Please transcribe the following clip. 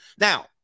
Now